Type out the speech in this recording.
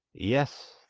yes!